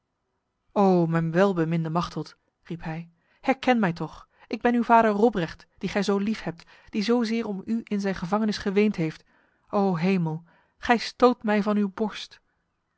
o mijn welbeminde machteld riep hij herken mij toch ik ben uw vader robrecht die gij zo liefhebt die zozeer om u in zijn gevangenis geweend heeft o hemel gij stoot mij van uw borst